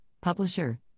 publisher